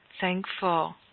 thankful